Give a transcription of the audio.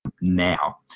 now